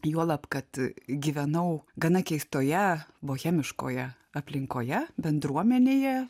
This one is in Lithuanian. juolab kad gyvenau gana keistoje bohemiškoje aplinkoje bendruomenėje